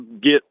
get